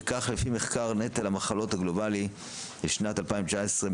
וכך לפי מחקר נטל המחלות הגלובלי בשנת 2019,